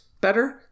better